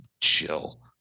chill